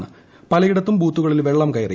മഴ പലയിടത്തും ബൂത്തുകളിൽ വെള്ളം കയറി